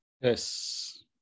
Yes